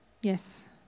Yes